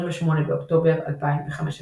28 באוקטובר 2015